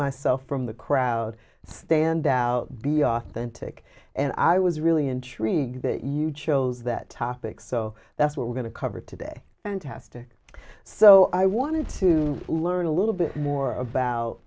myself from the crowd stand out be authentic and i was really intrigued that you chose that topic so that's what we're going to cover today fantastic so i wanted to learn a little bit more about